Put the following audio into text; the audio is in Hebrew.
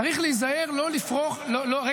צריך להיזהר ------ רגע,